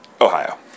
Ohio